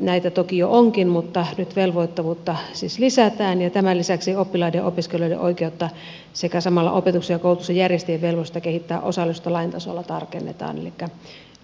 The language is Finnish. näitä toki jo onkin mutta nyt velvoittavuutta siis lisätään ja tämän lisäksi oppilaiden ja opiskelijoiden oikeutta sekä samalla opetuksen ja koulutuksen järjestäjien velvollisuutta kehittää osallisuutta lain tasolla tarkennetaan elikkä